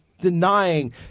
denying